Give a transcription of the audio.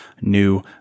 new